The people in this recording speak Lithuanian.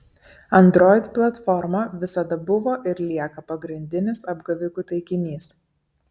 android platforma visada buvo ir lieka pagrindinis apgavikų taikinys